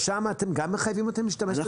גם שם אתם מחייבים אותם להשתמש בזה?